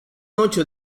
ocho